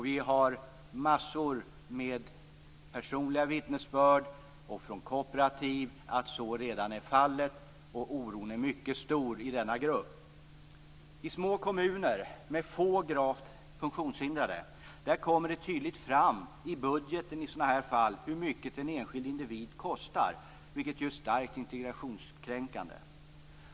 Vi har massor av personliga vittnesbörd och uppgifter från kooperativ om att så redan är fallet. Oron är mycket stor i denna grupp. I små kommuner, med få gravt funktionshindrade, kommer det i sådana här fall tydligt fram i budgeten hur mycket en enskild individ kostar, vilket är starkt integritetskränkande.